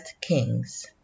Kings